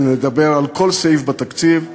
ונדבר על כל סעיף בתקציב,